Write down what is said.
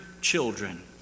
children